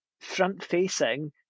front-facing